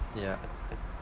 yeah